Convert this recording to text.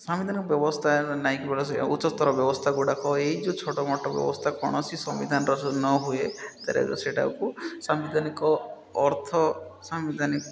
ସାମ୍ବିଧାନିକ ବ୍ୟବସ୍ଥା ଉଚ୍ଚସ୍ତର ବ୍ୟବସ୍ଥାଗୁଡ଼ାକ ଏଇ ଯେଉଁ ଛୋଟମୋଟ ବ୍ୟବସ୍ଥା କୌଣସି ସମ୍ବିଧାନର ନହୁଏ ତ ସେଟାକୁ ସାମ୍ବିଧାନିକ ଅର୍ଥ ସାମ୍ବିଧାନିକ